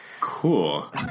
Cool